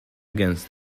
against